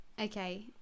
Okay